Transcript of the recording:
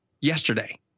yesterday